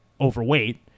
overweight